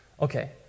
Okay